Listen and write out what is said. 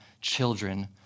children